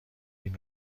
این